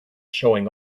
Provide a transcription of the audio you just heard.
showing